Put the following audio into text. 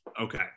okay